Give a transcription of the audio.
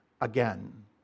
again